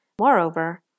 Moreover